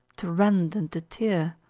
to rend and to tear?